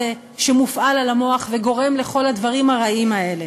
שמופעל על המוח וגורם לכל הדברים הרעים האלה.